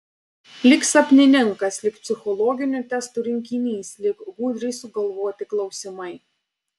lyg sapnininkas lyg psichologinių testų rinkinys lyg gudriai sugalvoti klausimai